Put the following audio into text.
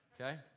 okay